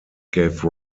gave